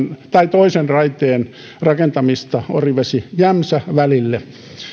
toisen raiteen rakentamista orivesi jämsä välille